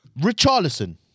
Richarlison